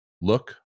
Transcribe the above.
look